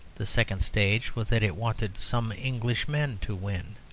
the second stage was that it wanted some englishmen to win.